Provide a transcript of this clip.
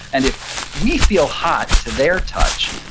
and if we feel hot to their touch,